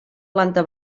planta